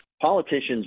politicians